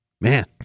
Man